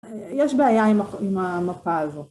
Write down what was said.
יש בעיה עם המרפאה הזו.